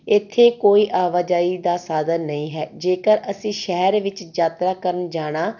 ਇੱਥੇ ਕੋਈ ਆਵਾਜਾਈ ਦਾ ਸਾਧਨ ਨਹੀਂ ਹੈ ਜੇਕਰ ਅਸੀਂ ਸ਼ਹਿਰ ਵਿੱਚ ਯਾਤਰਾ ਕਰਨ ਜਾਣਾ